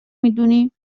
میدونیم